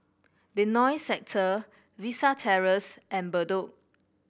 Benoi Sector Vista Terrace and Bedok